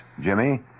Jimmy